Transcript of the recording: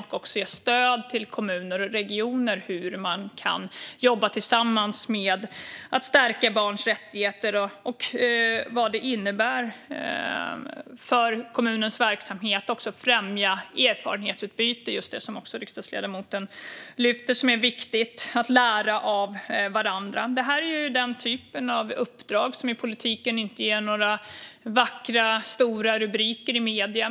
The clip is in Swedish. De ska även ge stöd till kommuner och regioner om hur man kan jobba tillsammans för att stärka barns rättigheter och vad det innebär för kommunens verksamhet. De ska även främja erfarenhetsutbyte, att lära av varandra, vilket riksdagsledamoten också lyfter fram som viktigt. Den här typen av uppdrag i politiken ger inte några vackra och stora rubriker i medierna.